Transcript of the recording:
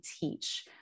teach